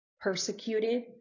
persecuted